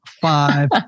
five